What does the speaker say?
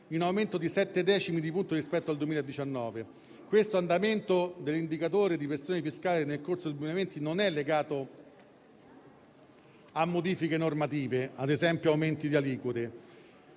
in aumento di sette decimi di punto rispetto al 2019. Questo andamento dell'indicatore di pressione fiscale nel corso del 2020 dipende non da modifiche normative (ad esempio, aumenti di aliquote)